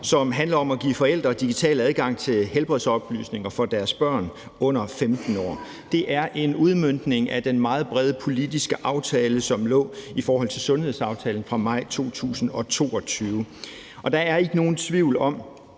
som handler om at give forældre digital adgang til helbredsoplysninger om deres børn under 15 år. Det er en udmøntning af den meget brede politiske aftale, som lå i forbindelse med sundhedsaftalen fra maj 2022. Der er ikke nogen tvivl om,